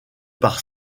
par